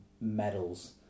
medals